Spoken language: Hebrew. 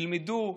ילמדו,